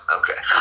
okay